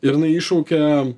ir jinai iššaukia